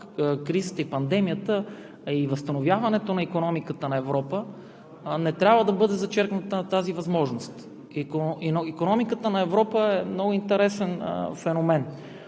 коронакризата и пандемията, а и за възстановяването на икономиката на Европа, не трябва да бъде зачеркната тази възможност. Икономиката на Европа е много интересен феномен.